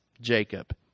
Jacob